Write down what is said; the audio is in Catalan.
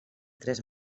tres